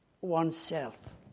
oneself